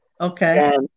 Okay